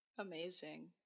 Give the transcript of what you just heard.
Amazing